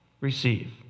receive